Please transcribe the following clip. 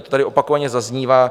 To tady opakovaně zaznívá.